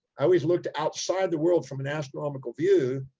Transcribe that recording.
i always looked outside the world from an astronomical view,